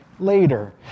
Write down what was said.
later